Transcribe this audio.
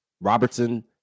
Robertson